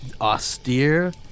austere